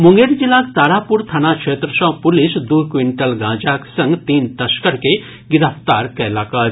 मुंगेर जिलाक तारापुर थाना क्षेत्र सँ पुलिस दू क्विटल गांजाक संग तीन तस्कर के गिरफ्तार कयलक अछि